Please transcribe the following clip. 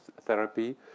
therapy